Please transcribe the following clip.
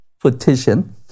petition